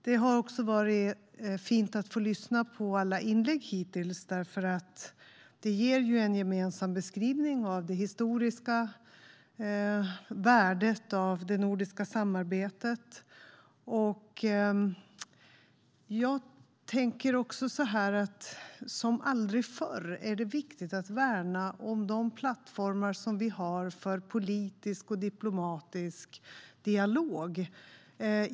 Det har också varit fint att få lyssna på alla inlägg hittills, för det ger ju en gemensam beskrivning av det historiska värdet av det nordiska samarbetet. Jag tänker också att det som aldrig förr är viktigt att värna om de plattformar som vi har för politisk och diplomatisk dialog.